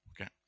Okay